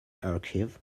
archive